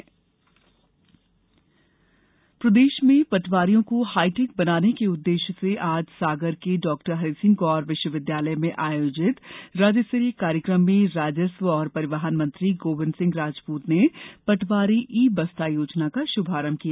ई बस्ता योजना प्रदेश में पटवारियों को हाईटेक बनाने के उद्देश्य से आज सागर के डॉ हरिसिंह गौर विश्वविद्यालय में आयोजित राज्य स्तरीय कार्यक्रम में राजस्व और परिवहन मंत्री गोविंद सिंह राजपूत ने पटवारी ई बस्ता योजना का शुभारंभ किया